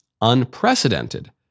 unprecedented